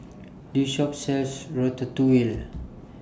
This Shop sells Ratatouille